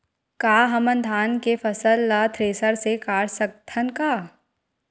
का हमन धान के फसल ला थ्रेसर से काट सकथन का?